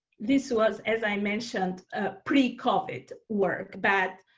this was as i mentioned pre-covid work, but